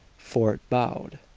fort bowed.